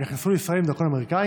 הם נכנסו לישראל עם דרכון אמריקאי,